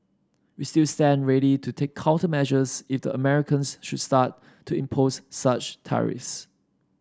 we still stand ready to take countermeasures if the Americans should start to impose such tariffs